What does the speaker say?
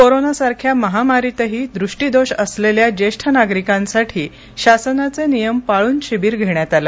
corona सारख्या महामारीतही दृष्टीदोष असलेल्या ज्येष्ठ नागरिकांसाठी शासनाचे नियम पाळून शिबीर घेण्यात आलं